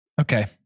Okay